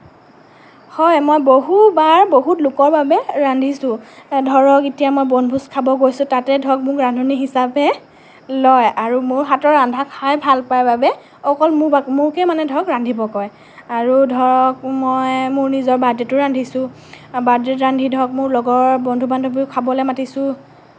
হয় মই বহুবাৰ বহুত লোকৰ বাবে ৰান্ধিছোঁ ধৰক এতিয়া মই বনভোজ খাব গৈছোঁ তাতে ধৰক মোক ৰান্ধনি হিচাপে লয় আৰু মোৰ হাতৰ ৰন্ধা খাই ভাল পাই বাবে অকল মোকেই মানে ধৰক ৰান্ধিব কয় আৰু ধৰক মই মোৰ নিজৰ বাৰ্দডেতো ৰান্ধিছোঁ বাৰ্দডেত ৰান্ধি ধৰক মোৰ লগৰ বন্ধু বান্ধৱীকো খাবলৈ মাতিছোঁ